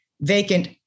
vacant